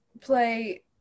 play